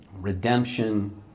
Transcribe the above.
redemption